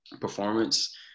performance